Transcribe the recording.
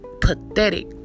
Pathetic